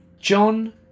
John